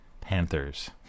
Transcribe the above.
Panthers